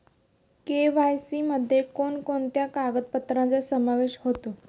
KYC मध्ये कोणकोणत्या कागदपत्रांचा समावेश होतो?